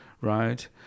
right